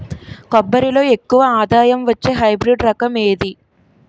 కొబ్బరి లో ఎక్కువ ఆదాయం వచ్చే హైబ్రిడ్ రకం ఏది?